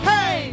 Hey